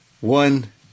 one